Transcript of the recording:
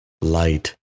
light